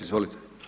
Izvolite.